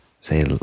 say